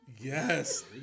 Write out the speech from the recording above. Yes